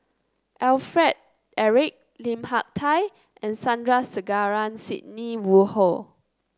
Alfred Eric Lim Hak Tai and Sandrasegaran Sidney Woodhull